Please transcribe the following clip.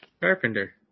Carpenter